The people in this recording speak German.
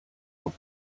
auf